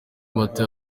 mata